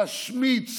להשמיץ